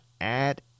add